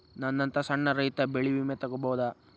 ನನ್ನಂತಾ ಸಣ್ಣ ರೈತ ಬೆಳಿ ವಿಮೆ ತೊಗೊಬೋದ?